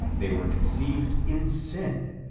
they were conceived in sin,